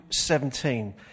17